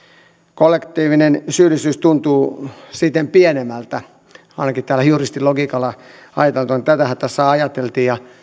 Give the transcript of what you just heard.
kollektiivinen syyllisyys tuntuu siten pienemmältä ainakin tällä juristin logiikalla ajateltuna tätähän tässä ajateltiin